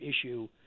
issue